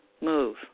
move